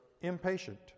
impatient